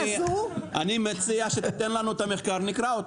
אני מציע שתיתן לנו את המחקר ונקרא אותו.